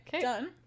done